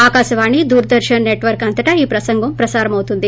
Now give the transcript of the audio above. Akashvani Doordarshan network అంతటా ఈ ప్రసంగం ప్రసారమవుతుంది